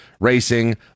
racing